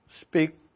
speak